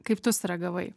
kaip tu sureagavai